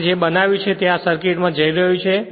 આપણે જે બનાવ્યું છે તે આ સર્કિટ માં જઈ રહ્યું છે